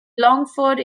longford